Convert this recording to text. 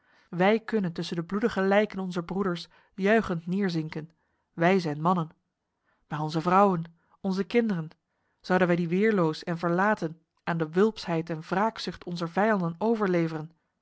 wij kunnen tussen de bloedige lijken onzer broeders juichend neerzinken wij zijn mannen maar onze vrouwen onze kinderen zouden wij die weerloos en verlaten aan de wulpsheid en wraakzucht onzer vijanden overleveren